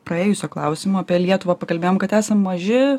praėjusio klausimo apie lietuvą pakalbėjom kad esam maži